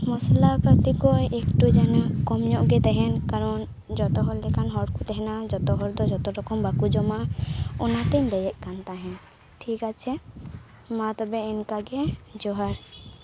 ᱢᱚᱥᱞᱟ ᱯᱟᱹᱛᱤᱠᱚ ᱮᱠᱴᱩ ᱡᱮᱱᱚ ᱠᱚᱢ ᱧᱚᱜ ᱜᱮ ᱛᱟᱦᱮᱸᱱ ᱠᱟᱨᱚᱱ ᱡᱚᱛᱚ ᱦᱚᱲ ᱞᱮᱠᱟᱱ ᱦᱚᱲ ᱠᱚ ᱛᱟᱦᱮᱸᱱᱟ ᱡᱚᱛᱚ ᱦᱚᱲ ᱫᱚ ᱡᱚᱛᱚ ᱨᱚᱠᱚᱢ ᱵᱟᱠᱚ ᱡᱚᱢᱟ ᱚᱱᱟᱛᱤᱧ ᱞᱟᱹᱭᱮᱫ ᱠᱟᱱ ᱛᱟᱦᱮᱸᱱ ᱴᱷᱤᱠ ᱟᱪᱷᱮ ᱢᱟ ᱛᱚᱵᱮ ᱮᱱᱠᱟᱜᱮ ᱡᱚᱦᱟᱨ